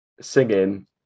singing